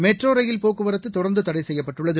metro rail போக்குவரத்தொடர்ந்துதடைசெய்யப்பட்டுள்ளது